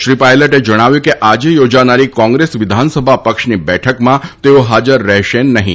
શ્રી પાયલટે જણાવ્યું હતું કે આજે યોજાનારી કોંગ્રેસ વિધાનસભા પક્ષની બેઠકમાં તેઓ ફજાર રહેશે નહીં